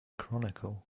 chronicle